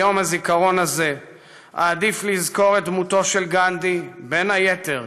ביום הזיכרון הזה אעדיף לזכור את דמותו של גנדי בין היתר